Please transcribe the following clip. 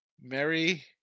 Mary